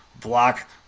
block –